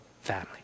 family